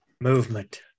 Movement